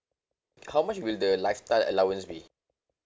how much will the lifestyle allowance be